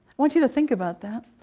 want you to think about that.